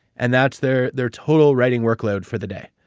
and that's their their total writing workload for the day.